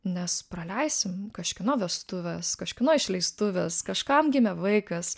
nes praleisim kažkieno vestuves kažkieno išleistuves kažkam gimė vaikas